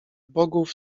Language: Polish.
bogów